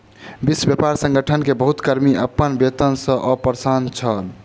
विश्व व्यापार संगठन मे बहुत कर्मी अपन वेतन सॅ अप्रसन्न छल